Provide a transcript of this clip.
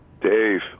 Dave